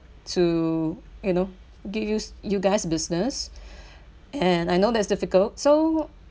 to you know get use you guys business and I know that's difficult so